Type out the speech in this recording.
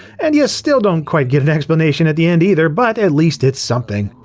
and you still don't quite get an explanation at the end either, but at least it's something.